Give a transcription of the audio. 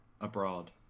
abroad